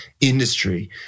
industry